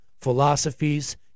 philosophies